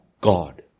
God